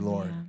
Lord